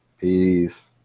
Peace